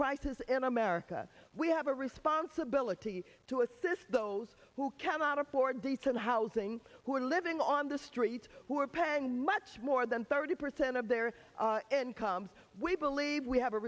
crisis in america we have a responsibility to assist those who cannot afford decent housing who are living on the streets who are paying much more than thirty percent of their income we believe we have a